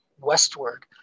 westward